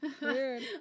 weird